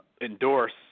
endorse